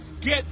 Get